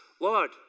Lord